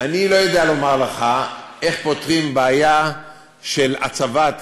אני לא יודע לומר לך איך פותרים בעיה של הצבת,